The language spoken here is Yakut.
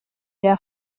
эрэ